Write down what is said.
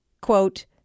quote